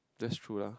that's true lah